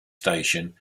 station